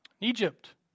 Egypt